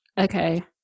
Okay